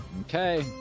Okay